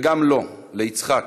וגם לו, ליצחק,